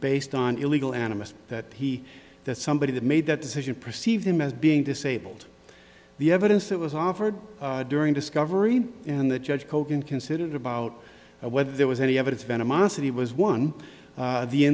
based on illegal animist that he that somebody that made that decision perceive him as being disabled the evidence that was offered during discovery and the judge kogan considered about whether there was any evidence of animosity was one of the